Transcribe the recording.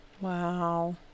Wow